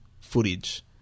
footage